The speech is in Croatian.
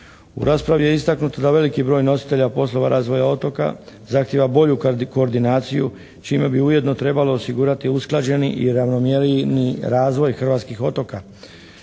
U raspravi je istaknuto da veliki broj nositelja poslova razvoja otoka zahtjeva bolju koordinaciju čime bi ujedno trebalo osigurati usklađeni i ravnomjerniji razvoj hrvatskih otoka.